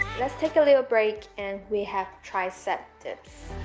let's take a little break and we have tricep dips